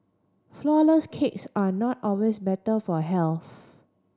flourless cakes are not always better for health